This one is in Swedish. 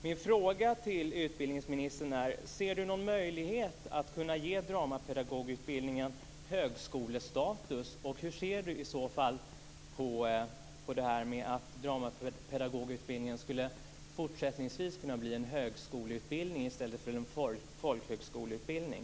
Min fråga till utbildningsministern är: Ser utbildningsministern någon möjlighet att ge dramapedagogutbildningen högskolestatus, och hur ser han i så fall på att dramapedagogutbildningen fortsättningsvis skulle kunna bli en högskoleutbildning i stället för en folkhögskoleutbildning?